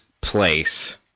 place